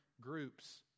groups